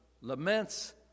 laments